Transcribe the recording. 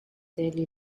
daily